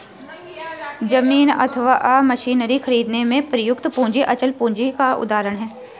जमीन अथवा मशीनरी खरीदने में प्रयुक्त पूंजी अचल पूंजी का उदाहरण है